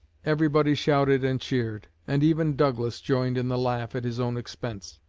everybody shouted and cheered, and even douglas joined in the laugh at his own expense.